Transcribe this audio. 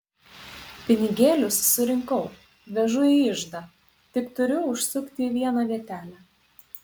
pinigėlius surinkau vežu iždą tik turiu užsukti į vieną vietelę